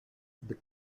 the